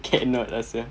cannot lah sia